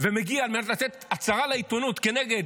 ומגיע על מנת לתת הצהרה לעיתונות כנגד